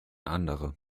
andere